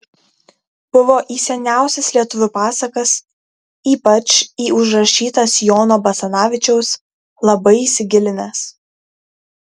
buvo į seniausias lietuvių pasakas ypač į užrašytas jono basanavičiaus labai įsigilinęs